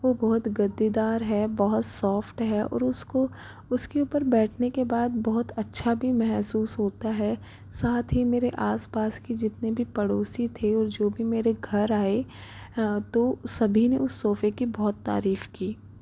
वह बहुत गद्दीदार है बहुत सॉफ्ट है और उसको उसके ऊपर बैठने के बाद बहुत अच्छा भी महसूस होता है साथ ही मेरे आस पास की जितनी भी पड़ोसी थे और जो भी मेरे घर आए तो सभी ने उस सोफ़े की बहुत तारीफ की